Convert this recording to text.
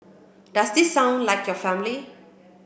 does this sound like your family